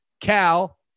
Cal